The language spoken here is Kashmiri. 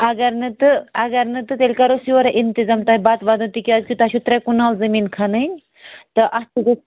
اگر نہٕ تہٕ اگر نہٕ تہٕ تیٚلہِ کرو أسۍ یورے اِنتِظام تۄہہِ بَتہ وَتہٕ دیُن تکیاز تۄہہِ چھو ترٛےٚ کنال زٔمیٖن کھَنٕنۍ تہٕ اتھ گوٚژھ